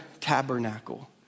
tabernacle